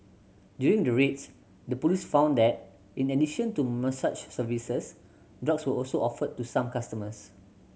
during the raids the police found that in addition to massage services drugs were also offered to some customers